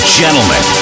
gentlemen